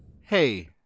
Hey